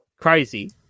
Crazy